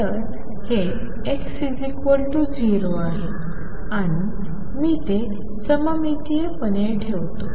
तर हे x 0 आहे आणि मी ते सममितीयपणे ठेवतो